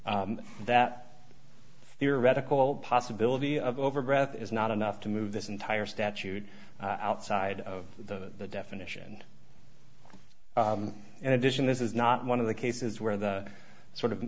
that theoretical possibility of over breath is not enough to move this entire statute outside of the definition in addition this is not one of the cases where the sort of